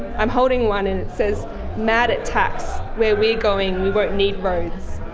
i'm holding one and it says mad at tax, where we're going, we won't need roads.